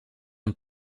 een